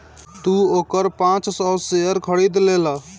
तू ओकर पाँच सौ शेयर खरीद लेला